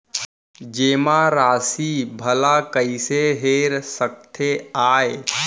जेमा राशि भला कइसे हेर सकते आय?